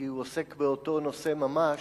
כי הוא עוסק באותו נושא ממש: